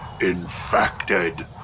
infected